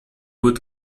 would